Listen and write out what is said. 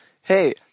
hey